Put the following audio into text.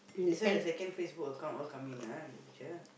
that's why the second Facebook account all come in ah the picture